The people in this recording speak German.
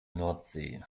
nordsee